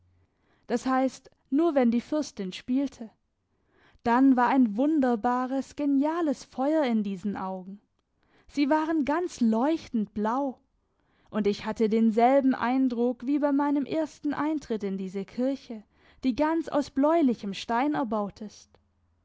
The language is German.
das heisst nur wenn die fürstin spielte dann war ein wunderbares geniales feuer in diesen augen sie waren ganz leuchtend blau und ich hatte denselben eindruck wie bei meinem ersten eintritt in diese kirche die ganz aus bläulichem stein erbaut ist